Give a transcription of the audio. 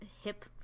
hip